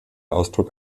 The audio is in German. ausdruck